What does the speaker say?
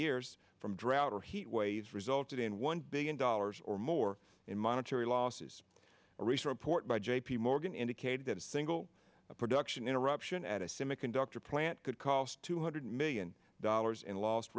years from drought or heat waves resulted in one billion dollars or more in monetary losses a recent report by j p morgan indicated that a single production interruption at a semiconductor plant could cost two hundred million dollars in lost